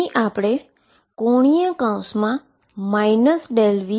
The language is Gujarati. અહી આપણે ⟨ ∂V∂x⟩ લઈશુ